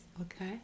Okay